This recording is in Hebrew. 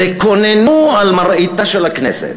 וקוננו על מראיתה של הכנסת,